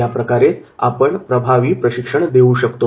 या प्रकारेच आपण प्रभावी प्रशिक्षण देऊ शकतो